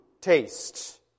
taste